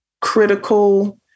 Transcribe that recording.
critical